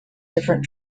different